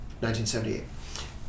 1978